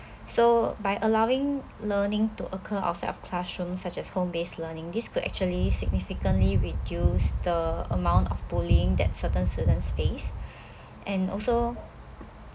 so by allowing learning to occur outside of classroom such as home based learning this could actually significantly reduce the amount of bullying that certain students face and also